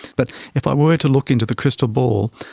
but if i were to look into the crystal ball,